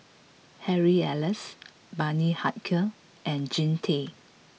Harry Elias Bani Haykal and Jean Tay